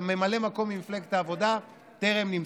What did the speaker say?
ממלא מקום ממפלגת העבודה טרם נמסר.